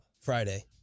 Friday